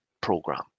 program